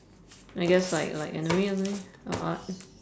I guess like like anime or something or art